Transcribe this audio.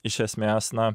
iš esmės na